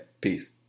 Peace